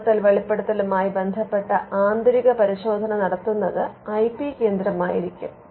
കണ്ടെത്തൽ വെളിപ്പെടുത്തലുമായി ബന്ധപ്പെട്ട ആന്തരിക പരിശോധന നടത്തുന്നത് ഐ പി കേന്ദ്രമായിരിക്കും